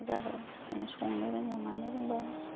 जाबाय जों संनो रोङो मानो रोंबाय